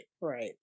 right